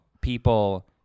people